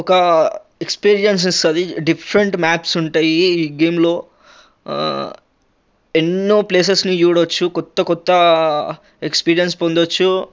ఒక ఎక్స్పీరియన్స్ ఇస్తుంది different maps ఉంటాయి ఈ గేమ్లో ఎన్నో ప్లేసెస్ని చూడొచ్చు కొత్త కొత్త ఎక్స్పీరియన్స్ పోందొచ్చు